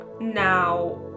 Now